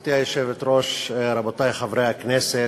גברתי היושבת-ראש, רבותי חברי הכנסת,